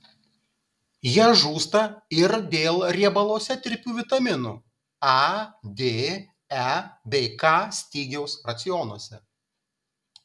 jie žūsta ir dėl riebaluose tirpių vitaminų a d e bei k stygiaus racionuose